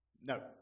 No